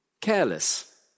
careless